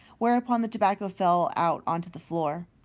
whereupon the tobacco fell out on to the floor.